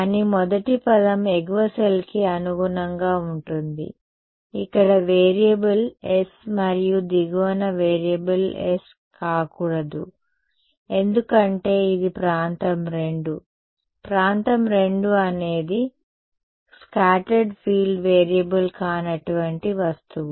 లేదు కానీ మొదటి పదం ఎగువ సెల్కి అనుగుణంగా ఉంటుంది ఇక్కడ వేరియబుల్ s మరియు దిగువన వేరియబుల్ s కాకూడదు ఎందుకంటే ఇది ప్రాంతం II ప్రాంతం II అనేది స్కాటర్డ్ ఫీల్డ్ వేరియబుల్ కానటువంటి వస్తువు